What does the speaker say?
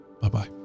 Bye-bye